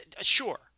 Sure